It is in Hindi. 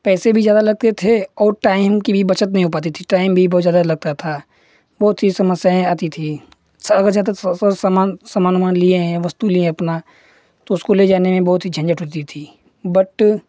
पैसे भी ज़्यादा लगते थे और टाइम की भी बचत नहीं होती थी टाइम भी बहुत ज़्यादा लगता था बहुत सी समस्याएँ आती थीं सब सामान उमान लिए हैं वस्तु लिए हैं अपना तो उसको ले जाने में बहुत ही झंझट होता थी बट